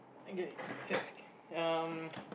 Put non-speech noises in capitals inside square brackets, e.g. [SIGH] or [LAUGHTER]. okay um [NOISE]